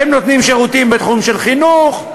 הן נותנות שירותים בתחום של חינוך,